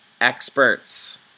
experts